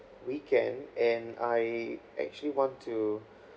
weekend and I actually want to